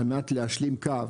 על מנת להשלים קו,